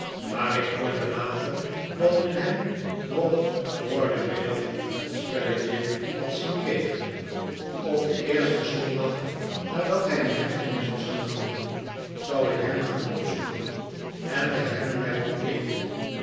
maar ik hoorde later dat men hem nog voor den middag een spelletje had zien kegelen op den eersten zondag nadat hij in hechtenis was genomen zou ik hem gaan opzoeken en bij hem blijven eten